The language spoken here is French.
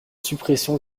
suppression